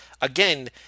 again